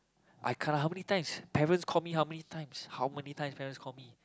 I can't how many times parents called me how many times how many times parents called me